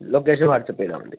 location WhatsApp ചെയ്താൽ മതി